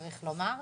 צריך לומר.